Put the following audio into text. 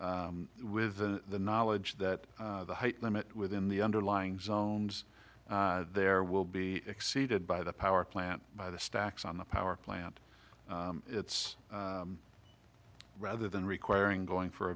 with the knowledge that the height limit within the underlying zones there will be exceeded by the power plant by the stacks on the power plant it's rather than requiring going for a